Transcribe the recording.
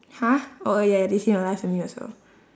!huh! oh ya ya they seem alive for me also